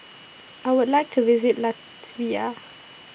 I Would like to visit Latvia